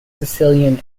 sicilian